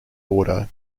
order